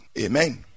amen